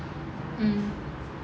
mm